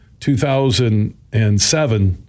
2007